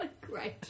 Great